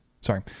sorry